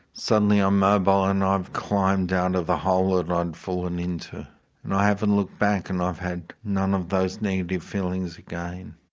suddenly i'm mobile, and i've climbed out of the hole ah that fallen into and i haven't looked back, and i've had none of those negative feelings again.